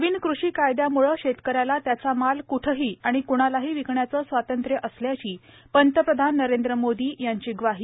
नवीन कृषी कायद्यामुळे शेतकऱ्याला त्याचा माल कुठेही आणि क्णालाही विकण्याचा स्वातंत्र्य असल्याची पंतप्रधान नरेंद्र मोदी यांची ग्वाही